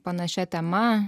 panašia tema